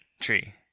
tree